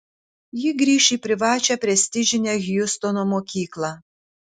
ji grįš į privačią prestižinę hjustono mokyklą